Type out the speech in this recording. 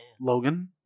Logan